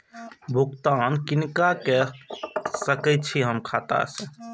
भुगतान किनका के सकै छी हम खाता से?